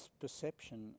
perception